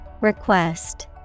Request